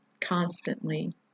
constantly